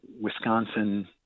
Wisconsin